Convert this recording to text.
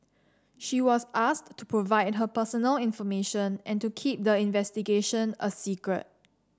she was asked to provide her personal information and to keep the investigation a secret